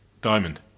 Diamond